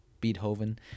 Beethoven